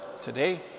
today